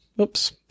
Oops